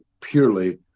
purely